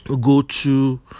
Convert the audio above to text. go-to